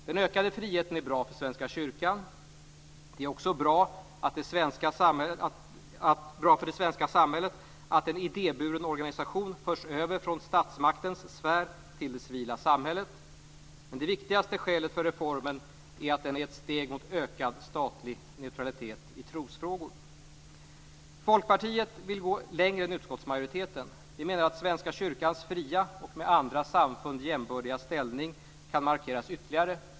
Den ökade friheten är bra för Svenska kyrkan. Det är också bra för det svenska samhället att en idéburen organisation förs över från statsmaktens sfär till det civila samhället. Men det viktigaste skälet för reformen är att den är ett steg mot ökad statlig neutralitet i trosfrågor. Folkpartiet vill gå längre än utskottsmajoriteten. Vi menar att Svenska kyrkans fria och med andra samfund jämbördiga ställning kan markeras ytterligare.